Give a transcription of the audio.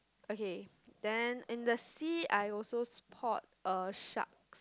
okay then in the sea I also spot a shark